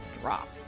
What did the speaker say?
drop